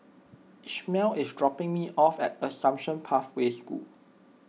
Ishmael is dropping me off at Assumption Pathway School